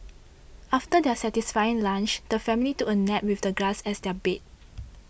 after their satisfying lunch the family took a nap with the grass as their bed